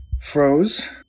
froze